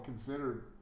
Considered